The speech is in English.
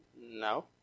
No